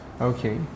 Okay